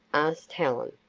asked helen.